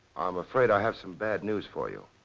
i'm afraid i have some bad news for you.